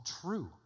true